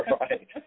Right